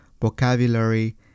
vocabulary